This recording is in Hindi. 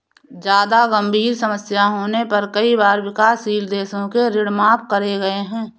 जादा गंभीर समस्या होने पर कई बार विकासशील देशों के ऋण माफ करे गए हैं